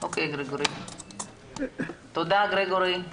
תודה, גרגורי.